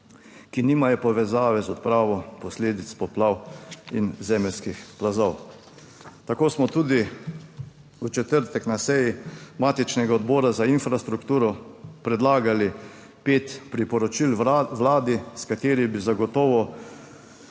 ki nimajo povezave z odpravo posledic poplav in zemeljskih plazov. Tako smo tudi v četrtek na seji matičnega Odbora za infrastrukturo predlagali pet priporočil Vladi, s katerim bi zagotovo